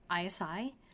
ISI